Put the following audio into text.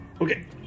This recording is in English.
Okay